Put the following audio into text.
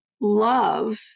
love